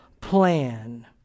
plan